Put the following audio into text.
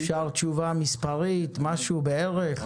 אפשר תשובה מספרית, משהו, בערך?